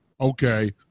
okay